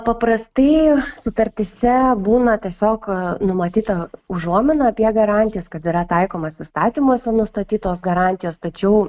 paprastai sutartyse būna tiesiog numatyta užuominų apie garantijas kad yra taikomos įstatymuose nustatytos garantijos tačiau